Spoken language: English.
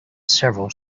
several